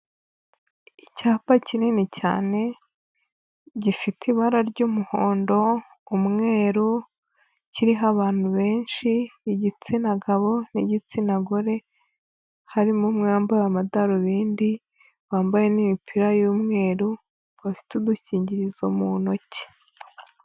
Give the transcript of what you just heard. Icyapa kinini cyane gifite ibara ry'umuhondo, umweru kiriho abantu benshi igitsina gabo n'igitsina gore. Harimo umwe wambaye amadarubindi wambaye n'imipira y'umweru bafite udukingirizo mu ntoki.